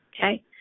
Okay